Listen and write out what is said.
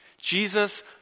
Jesus